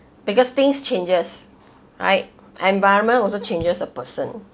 because things changes right environment also changes a person